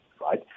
right